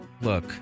Look